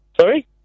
Sorry